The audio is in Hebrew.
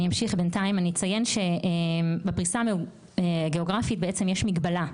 אציין שבפריסה הגאוגרפית יש מגבלה,